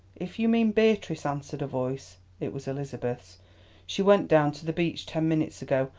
if you mean beatrice, answered a voice it was elizabeth's she went down to the beach ten minutes ago.